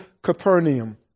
Capernaum